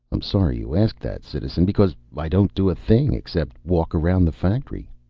i'm sorry you asked that, citizen, because i don't do a thing except walk around the factory.